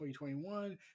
2021